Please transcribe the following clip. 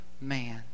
man